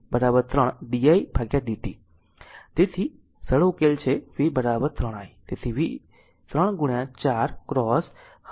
તેથી ઉકેલ સરળ છે v 3 I તેથી 3 4 cross 100 pi t